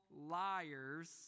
liars